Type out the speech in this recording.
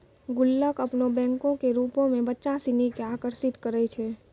गुल्लक अपनो बैंको के रुपो मे बच्चा सिनी के आकर्षित करै छै